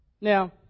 Now